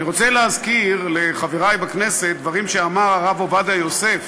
אני רוצה להזכיר לחברי בכנסת דברים שאמר הרב עובדיה יוסף